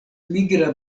migra